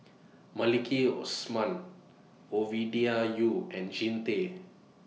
Maliki Osman Ovidia Yu and Jean Tay